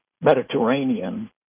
Mediterranean